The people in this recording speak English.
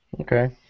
Okay